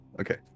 Okay